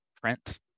print